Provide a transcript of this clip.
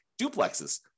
duplexes